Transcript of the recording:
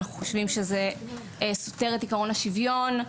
אנחנו חושבים שזה סותר את עקרון השיוויון,